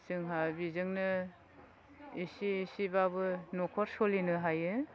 जोंहा बिजोंनो एसे एसेबाबो नखर सलिनो हायो